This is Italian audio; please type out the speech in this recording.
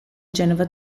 genova